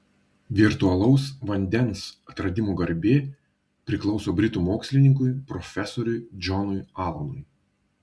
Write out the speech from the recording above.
virtualaus vandens atradimo garbė priklauso britų mokslininkui profesoriui džonui alanui